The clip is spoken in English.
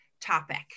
topic